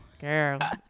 girl